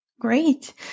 great